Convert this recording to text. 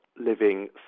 living